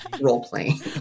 role-playing